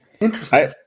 Interesting